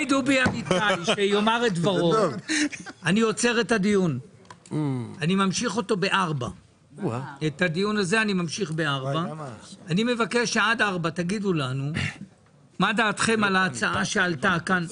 שדובי אמיתי יאמר את דברו אני עוצר את הדיון וממשיך אותו בשעה 16:00. אני מבקש שעד שעה 16:00 תגידו לנו מה דעתכם על ההצעה שעלתה כאן,